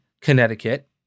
Connecticut